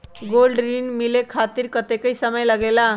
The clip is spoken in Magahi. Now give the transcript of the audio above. गोल्ड ऋण मिले खातीर कतेइक समय लगेला?